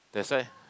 that's why